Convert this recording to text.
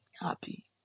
happy